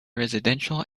residential